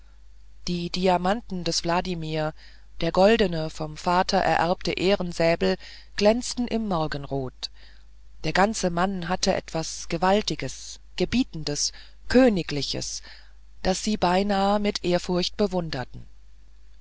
die diamanten des wladimir der goldene vom vater ererbte ehrensäbel glänzten im morgenrot der ganze mann hatte etwas gewaltiges gebietendes königliches das sie beinahe mit ehrfurcht bewunderten